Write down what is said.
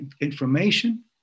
information